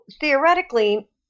theoretically